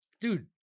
Dude